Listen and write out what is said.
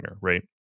right